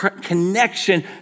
connection